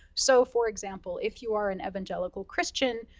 so for example, if you are an evangelical christian,